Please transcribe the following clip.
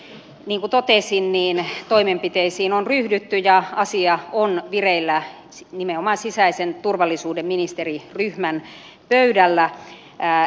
niin kuin totesin toimenpiteisiin on ryhdytty ja asia on vireillä nimenomaan sisäisen turvallisuuden ministeriryhmän pöydällä